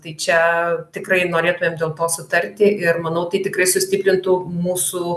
tai čia tikrai norėtumėm dėl to sutarti ir manau tai tikrai sustiprintų mūsų